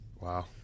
Wow